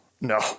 no